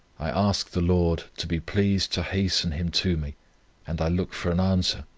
i ask the lord to be pleased to hasten him to me and i look for an answer